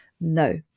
No